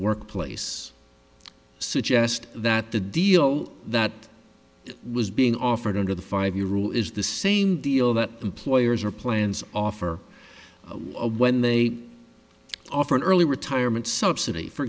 workplace suggest that the deal that was being offered under the five year rule is the same deal that employers are plans offer when they offer an early retirement subsidy for